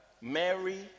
Mary